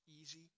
easy